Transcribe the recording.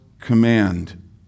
command